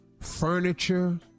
furniture